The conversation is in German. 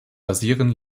basieren